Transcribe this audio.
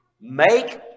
Make